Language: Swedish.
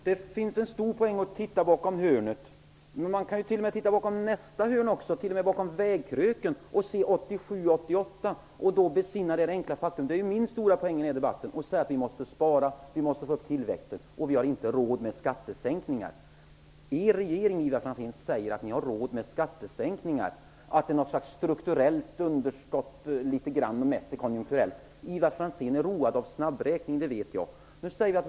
Herr talman! Det ligger en stor poäng i att titta bakom hörnet. Man kan titta bakom nästa hörn och t.o.m. bakom vägkröken och se 1987--1988 och besinna det enkla faktum -- som är min stora poäng i den här debatten -- att vi måste spara, att vi måste öka tillväxten och att vi inte har råd med skattesänkningar. Er regering, Ivar Franzén, säger att ni har råd med skattesänkningar och att det handlar om någon sorts strukturellt underskott. Ivar Franzén är road av snabbräkning, det vet jag.